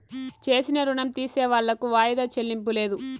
చేసిన రుణం తీర్సేవాళ్లకు వాయిదా చెల్లింపు లేదు